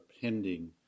pending